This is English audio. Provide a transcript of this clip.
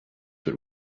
with